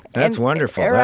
that's wonderful